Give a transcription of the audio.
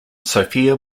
sofia